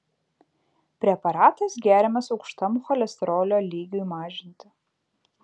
preparatas geriamas aukštam cholesterolio lygiui mažinti